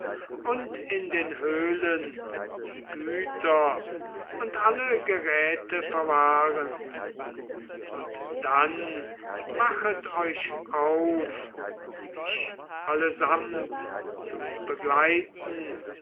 und in den höhlen die güter und alle geräte verwahren und dann machet euch auf mich allesamt zu begleiten